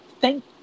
Thank